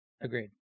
Agreed